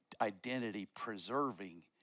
identity-preserving